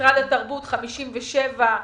משרד התרבות, 57%,